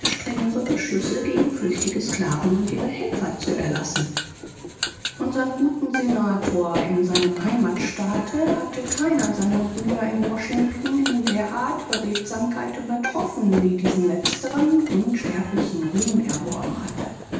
strengere bestimmungen gegen flüchtige sklaven und deren helfer und mitschuldige zu erlassen unser guter senator wurde in seinem geburtsstaate von keinem seiner brüder in washington in betreff derjenigen beredsamkeit übertroffen welche diesen unsterblichen ruhm erworben hatte